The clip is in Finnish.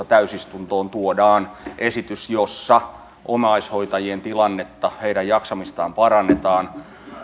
täysistuntoon tuodaan esitys jossa omaishoitajien tilannetta heidän jaksamistaan parannetaan